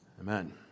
Amen